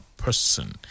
Person